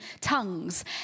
tongues